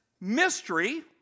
mystery